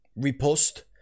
Repost